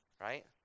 right